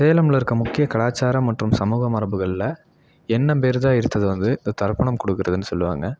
சேலமில் இருக்கற முக்கிய கலாச்சாரம் மற்றும் சமூக மரபுகளில் என்ன பெரிதாக ஈர்த்தது வந்து இந்த தரப்பணம் கொடுக்கறதுன்னு சொல்லுவாங்க